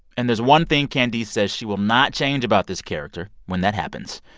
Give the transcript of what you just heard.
and there's one thing candice says she will not change about this character when that happens.